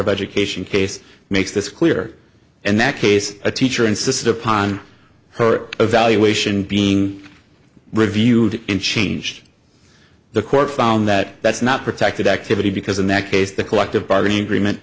of education case makes this clear and that case a teacher and sister upon her evaluation being reviewed and changed the court found that that's not protected activity because in that case the collective bargaining agreement